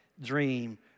dream